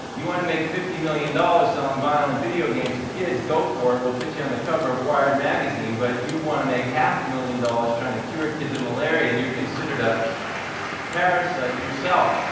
you want to make fifty million dollars selling violent video games to kids, go for it. we'll put you on the cover of wired magazine. but you want to make half a million dollars trying to cure kids of malaria, and you're considered a parasite yourself.